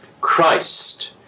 Christ